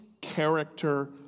character